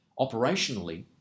Operationally